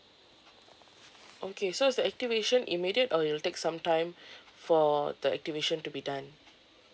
okay so is the activation immediate or it'll take some time for the activation to be done